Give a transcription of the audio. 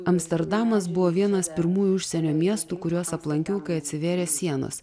amsterdamas buvo vienas pirmųjų užsienio miestų kuriuos aplankiau kai atsivėrė sienos